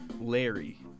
Larry